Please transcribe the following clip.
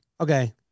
Okay